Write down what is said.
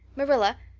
marilla,